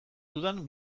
dudan